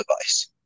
device